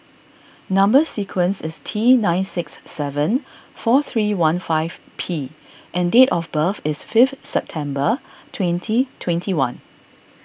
Number Sequence is T nine six seven four three one five P and date of birth is fifth September twenty twenty one